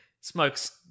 smokes